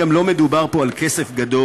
גם לא מדובר פה על כסף גדול,